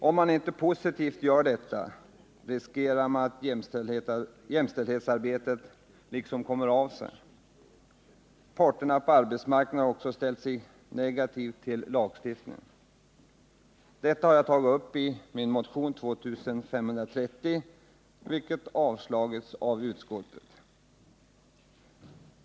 Om man inte positivt gör detta, riskerar man att jämställdhetsarbetet som sådant kommer av sig — parterna på arbetsmarknaden har också ställt sig negativa till en lagstiftning. Detta har jag tagit upp i min motion 2530, vilken avslagits av utskottet.